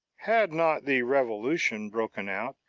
had not the revolution broken out,